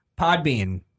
Podbean